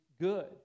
good